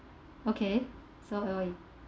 okay so